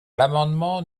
l’amendement